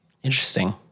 Interesting